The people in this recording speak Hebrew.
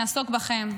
נעסוק בכם,